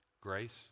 Grace